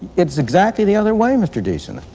it's exactly the other way, mr. deason.